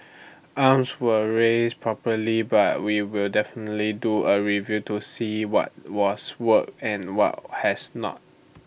alarms were raised properly but we will definitely do A review to see what was worked and what has not